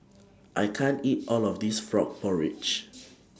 I can't eat All of This Frog Porridge